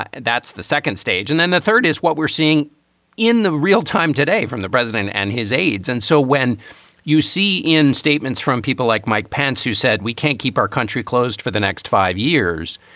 and that's the second stage. and then the third is what we're seeing in the real time today from the president and his aides. and so when you see in statements from people like mike pence who said we can't keep our country closed for the next five years,